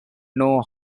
know